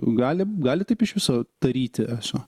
gali gali taip iš viso daryti eso